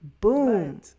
boom